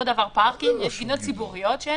אותו דבר פארקים ופינות ציבוריות.